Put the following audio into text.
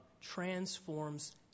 transforms